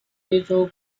非洲